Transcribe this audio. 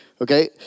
okay